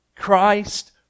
Christ